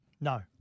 No